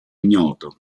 ignoto